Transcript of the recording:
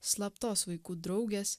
slaptos vaikų draugės